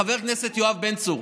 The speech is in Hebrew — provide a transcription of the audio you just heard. חבר הכנסת יואב בן צור,